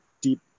deep